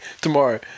tomorrow